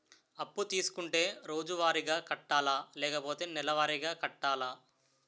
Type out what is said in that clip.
అప్పు తీసుకుంటే రోజువారిగా కట్టాలా? లేకపోతే నెలవారీగా కట్టాలా?